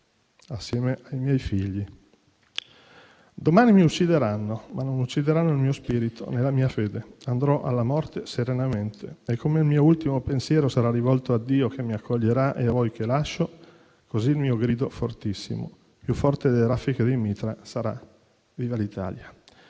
assieme ai miei figli. Domani mi uccideranno, ma non uccideranno il mio spirito né la mia fede. Andrò alla morte serenamente e come il mio ultimo pensiero sarà rivolto a Dio che mi accoglierà e a voi che lascio, così il mio grido fortissimo, più forte delle raffiche dei mitra, sarà: viva l'Italia!».